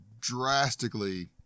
drastically